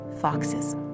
foxes